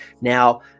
Now